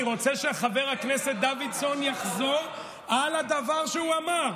אני רוצה שחבר הכנסת דוידסון יחזור על הדבר שהוא אמר,